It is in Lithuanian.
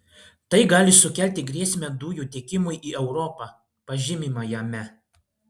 tai gali sukelti grėsmę dujų tiekimui į europą pažymima jame